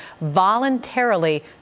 voluntarily